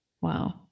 Wow